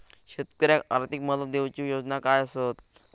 शेतकऱ्याक आर्थिक मदत देऊची योजना काय आसत?